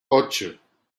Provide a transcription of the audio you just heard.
ocho